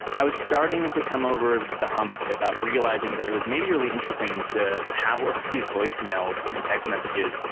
i was starting to come over the hump about realizing that it was maybe really interesting to have all these voicemails and text messages.